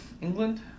England